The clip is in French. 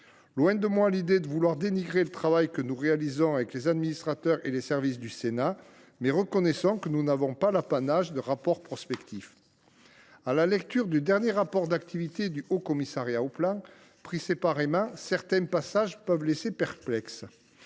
Loin de moi l’idée de vouloir dénigrer le travail que nous accomplissons avec les services du Sénat, mais reconnaissons que nous n’avons pas l’apanage des rapports prospectifs. À la lecture du dernier rapport d’activité du HCP, pris séparément, certains passages peuvent laisser perplexe.